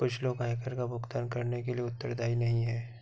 कुछ लोग आयकर का भुगतान करने के लिए उत्तरदायी नहीं हैं